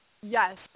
Yes